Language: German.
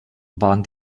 waren